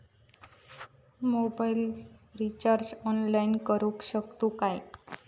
Mobile recharge online करुक शकतू काय?